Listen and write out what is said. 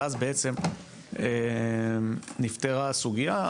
ואז בעצם נפתרה הסוגייה.